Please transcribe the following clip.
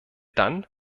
dann